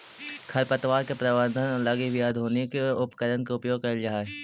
खरपतवार के प्रबंधन लगी भी आधुनिक उपकरण के प्रयोग कैल जा हइ